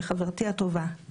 שהיא חברתי הטובה,